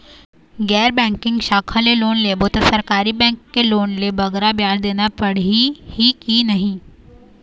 गैर बैंकिंग शाखा ले लोन लेबो ता सरकारी बैंक के लोन ले बगरा ब्याज देना पड़ही ही कि नहीं?